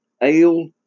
Ale